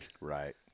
Right